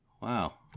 Wow